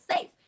safe